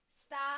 stop